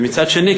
מצד שני,